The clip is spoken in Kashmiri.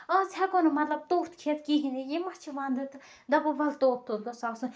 آز ہیٚکو نہٕ مطلب توٚت کھٮ۪تھ کِہیٖنۍ یہِ مہ چھُ وَندٕ تہٕ دَپو وَلہٕ توٚت توٚت گوٚژھ آسُن